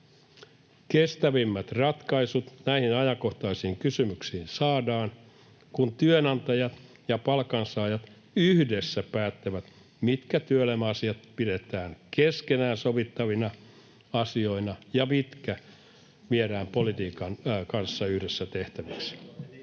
Kestävimmät ratkaisut näihin ajankohtaisiin kysymyksiin saadaan, kun työnantajat ja palkansaajat yhdessä päättävät, mitkä työelämäasiat pidetään keskenään sovittavina asioina ja mitkä viedään politiikan kanssa yhdessä tehtäväksi.